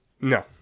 No